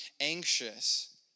anxious